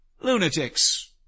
lunatics